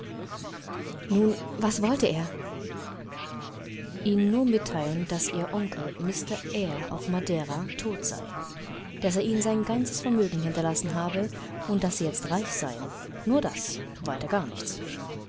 nun was wollte er ihnen nur mitteilen daß ihr onkel mr eyre auf madeira tot sei daß er ihnen sein ganzes vermögen hinterlassen habe und daß sie jetzt reich seien nur das weiter gar nichts